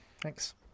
Thanks